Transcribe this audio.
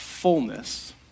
fullness